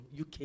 UK